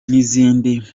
n’izindi